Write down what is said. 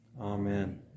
Amen